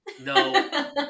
No